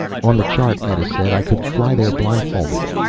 on the chart, meta said, i could fly there blindfolded.